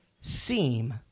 seem